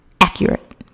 accurate